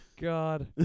God